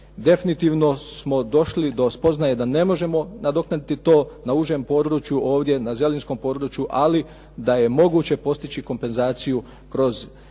definitivno smo došli do spoznaje da ne možemo nadoknaditi to na užem području ovdje, na Zelinskom području, ali da je moguće postići kompenzaciju kroz